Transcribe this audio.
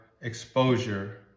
exposure